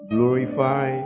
Glorify